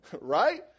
Right